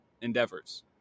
endeavors